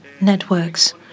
networks